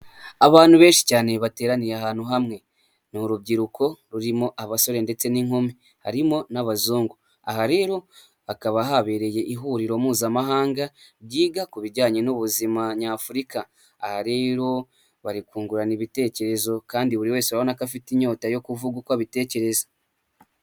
Abantu benshi cyane bateraniye ahantu hamwe, ni urubyiruko rurimo abasore ndetse n'inkumi, harimo n'abazungu, aha rero hakaba habereye ihuriro mpuzamahanga ryiga ku bijyanye n'ubuzima nyafurika, aha rero bari kungurana ibitekerezo kandi buri wese urabona ko afite inyota yo kuvuga uko abitekereza.